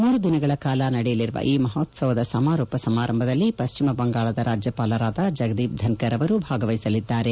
ಮೂರು ದಿನಗಳ ಕಾಲ ನಡೆಯಲಿರುವ ಈ ಮಹೋತ್ಸವದ ಸಮಾರೋಪ ಸಮಾರಂಭದಲ್ಲಿ ಪಶ್ಚಿಮ ಬಂಗಾಳದ ರಾಜ್ಯಪಾಲರಾದ ಜಗದೀಪ್ ಧನ್ಕರ್ ಅವರು ಭಾಗವಹಿಸಲಿದ್ದಾರೆ